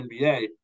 NBA